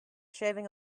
shaving